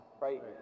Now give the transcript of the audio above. Right